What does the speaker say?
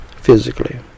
physically